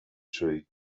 true